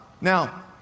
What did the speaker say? Now